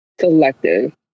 selective